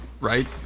Right